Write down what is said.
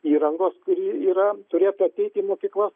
įrangos kuri yra turėtų ateiti į mokyklas